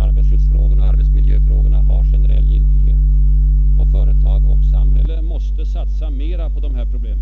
Arbetsskyddsfrågorna och arbetsmiljöfrågorna har generell giltighet. Företag och samhälle måste satsa mera på dessa problem.